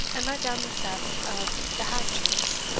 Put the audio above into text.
and let down the step of the hack-chaise,